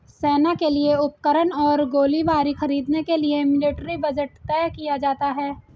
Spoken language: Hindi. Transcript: सेना के लिए उपकरण और गोलीबारी खरीदने के लिए मिलिट्री बजट तय किया जाता है